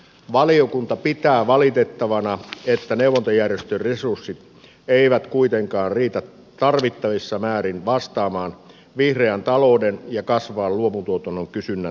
valiokunta pitää valitettavana että neuvontajärjestöjen resurssit eivät kuitenkaan riitä tarvittavissa määrin vastaamaan vihreän talouden ja kasvavan luomutuotannon kysynnän tarpeisiin